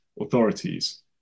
authorities